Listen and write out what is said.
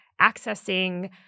accessing